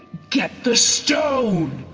get the stone!